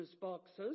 boxes